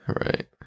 Right